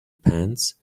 pants